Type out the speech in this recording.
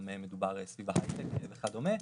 זה מדובר גם סביב ההייטק וכדומה.